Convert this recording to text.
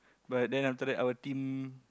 but then after that our team